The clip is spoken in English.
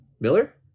Miller